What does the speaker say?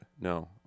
No